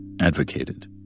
advocated